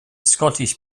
scottish